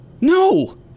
No